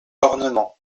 ornement